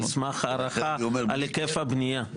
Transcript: על סמך הערכה על היקף הבנייה.